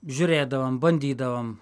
žiūrėdavom bandydavom